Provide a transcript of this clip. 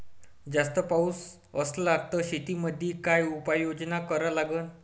जास्त पाऊस असला त शेतीमंदी काय उपाययोजना करा लागन?